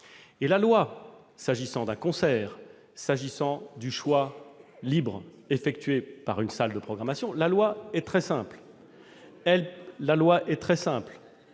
la loi. S'agissant d'un concert, s'agissant du choix libre effectué par une salle de sa programmation, la loi est très simple.